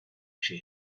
she